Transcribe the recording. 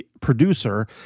producer